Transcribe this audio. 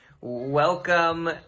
Welcome